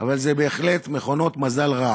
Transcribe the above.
אבל הן בהחלט מכונות מזל רע